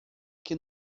que